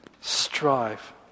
strive